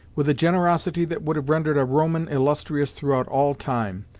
with a generosity that would have rendered a roman illustrious throughout all time,